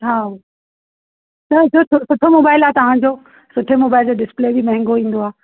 हा त त सुठो मोबाइल आहे तव्हांजो सुठे मोबाइल जो डिस्पले बि महांगो ई हूंदो आहे